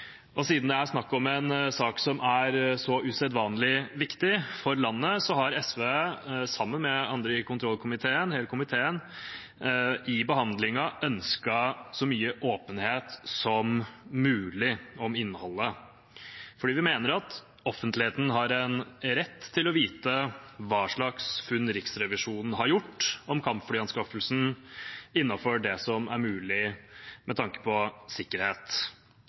Og siden det er snakk om en sak som er så usedvanlig viktig for landet, har SV, sammen med de andre i kontrollkomiteen, hele komiteen, i behandlingen ønsket så mye åpenhet som mulig om innholdet, fordi vi mener at offentligheten har en rett til å vite hva slags funn Riksrevisjonen har gjort om kampflyanskaffelsen, innenfor det som er mulig med tanke på sikkerhet.